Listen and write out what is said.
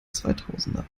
zweitausender